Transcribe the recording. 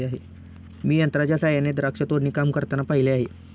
मी यंत्रांच्या सहाय्याने द्राक्ष तोडणी काम करताना पाहिले आहे